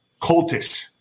cultish